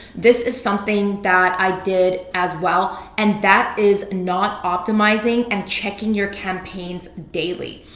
this is something that i did as well and that is not optimizing and checking your campaigns daily.